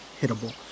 hittable